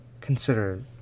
consider